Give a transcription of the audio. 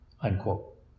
unquote